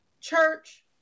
church